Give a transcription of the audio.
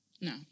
no